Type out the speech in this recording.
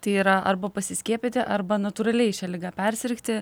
tai yra arba pasiskiepyti arba natūraliai šia liga persirgti